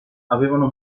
avevano